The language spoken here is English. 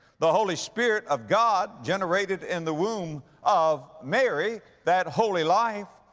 the holy spirit of god generated in the womb of mary that holy life.